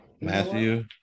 Matthew